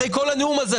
אחרי כל הנאום הזה,